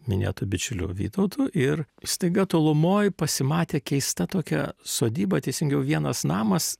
minėtu bičiuliu vytautu ir staiga tolumoj pasimatė keista tokia sodyba teisingiau vienas namas